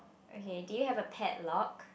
okay did you have a padlock